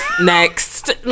Next